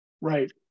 Right